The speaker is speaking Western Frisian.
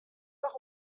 noch